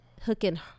hooking